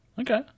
okay